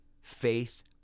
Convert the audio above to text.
faith